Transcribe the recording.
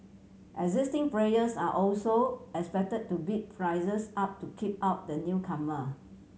existing players are also expect to bid prices up to keep out the newcomer